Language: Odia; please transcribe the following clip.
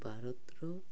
ଭାରତର